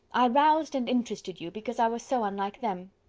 i roused, and interested you, because i was so unlike them.